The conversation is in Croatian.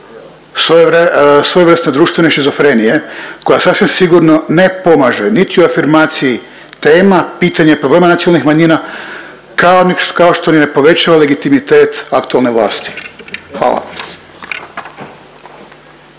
svojevrsne društvene šizofrenije koja sasvim sigurno ne pomaže niti u afirmaciji tema pitanje problema nacionalnih manjina kao što ni ne povećava legitimitet aktualne vlasti. Hvala.